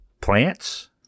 plants